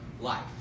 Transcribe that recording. life